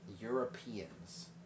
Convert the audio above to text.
Europeans